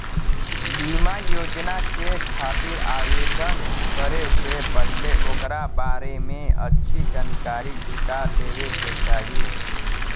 बीमा योजना के खातिर आवेदन करे से पहिले ओकरा बारें में अच्छी जानकारी जुटा लेवे क चाही